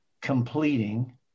completing